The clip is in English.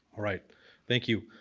right thank you.